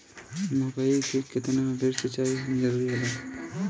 मकई मे केतना बेर सीचाई जरूरी होला?